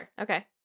Okay